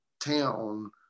town